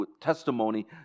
testimony